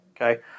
okay